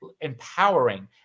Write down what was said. empowering